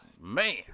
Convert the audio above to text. man